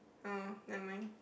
oh never mind